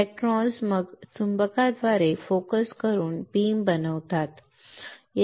electrons मग चुंबकांद्वारे focus करून बीम बनवतात बरोबर